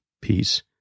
peace